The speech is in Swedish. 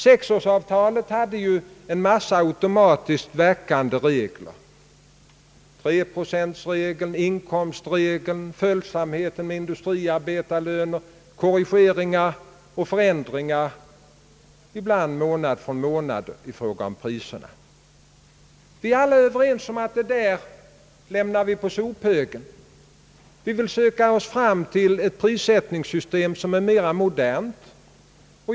Sexårsavtalet hade en mängd automatiskt verkande regler: 3-procentregeln, inkomstregeln som innebar följsamhet till industriarbetarlönerna med korrigeringar och förändringar av priserna som följd, ibland månad från månad. Vi är alla överens om att kasta detta system på sophögen. Vi vill söka oss fram till ett mera modernt prissättningssystem.